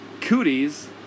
Cooties